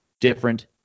different